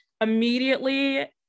immediately